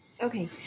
Okay